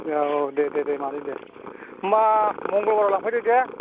दे औ दे दे दे मादै दे होनबा मंगलबाराव लांफैदो दे